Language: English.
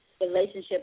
relationship